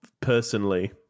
personally